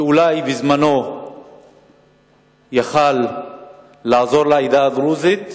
שאולי בזמנו יכול היה לעזור לעדה הדרוזית,